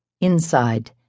Inside